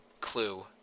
Clue